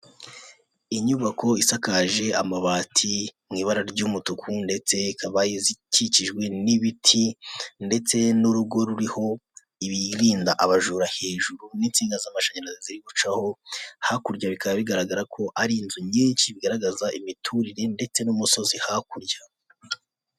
Inyubako isakaje amabati mu ibara ry'umutuku, ndetse ikaba ikikijwe n'ibiti, ndetse n'urugo ruriho ibirinda abajura hejuru, n'insinga z'amashanyarazi ucaho. Hakurya bikaba bigaragara ko ari inzu nyinshi, bigaragaza imiturire, ndetse n'umusozi hakurya.